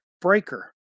Breaker